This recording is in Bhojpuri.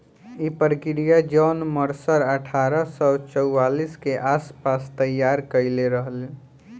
इ प्रक्रिया जॉन मर्सर अठारह सौ चौवालीस के आस पास तईयार कईले रहल